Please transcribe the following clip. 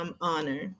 honor